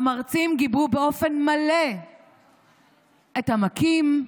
המרצים גיבו באופן מלא את המכים,